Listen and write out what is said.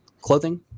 Clothing